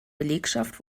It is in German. belegschaft